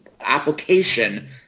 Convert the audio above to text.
application